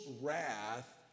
wrath